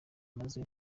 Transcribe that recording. maze